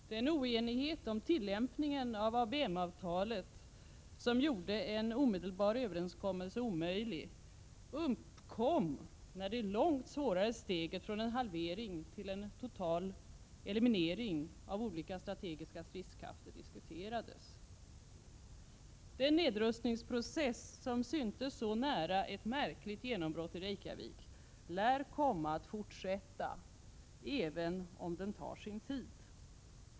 Den oenighet om tillämpningen av ABM-avtalet, som gjorde en omedelbar överenskommelse omöjlig, uppkom när det långt svårare steget från en halvering till en total eliminering av olika strategiska stridskrafter diskuterades. Den nedrustningsprocess som syntes så nära ett märkligt genombrott i Reykjavik lär komma att fortsätta, även om den tar sin tid.